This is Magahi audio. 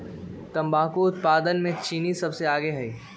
तंबाकू उत्पादन में चीन सबसे आगे हई